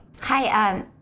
Hi